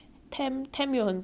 Temt 有很多